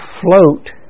float